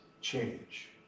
change